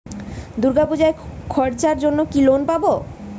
দূর্গাপুজোর খরচার জন্য কি লোন পাব?